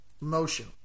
motion